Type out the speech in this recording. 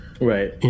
Right